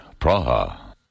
Praha